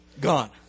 gone